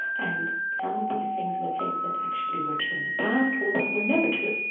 and some of these things were things that actually were true in the past or that were never true,